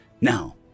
now